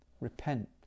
Repent